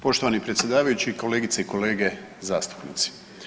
Poštovani predsjedavajući i kolegice i kolege zastupnici.